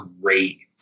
great